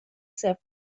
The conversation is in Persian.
صفر